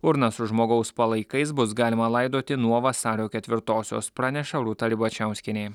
urna su žmogaus palaikais bus galima laidoti nuo vasario ketvirtosios praneša rūta ribačiauskienė